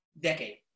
decade